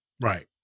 right